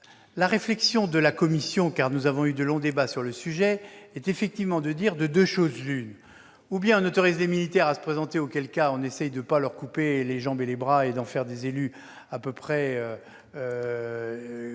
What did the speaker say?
La réflexion de la commission- car nous avons eu de longs débats sur le sujet -est effectivement la suivante : de deux choses l'une, ou bien on autorise les militaires à se présenter, auquel cas on essaie de ne pas leur couper les jambes et les bras et d'en faire des élus à peu près